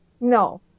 No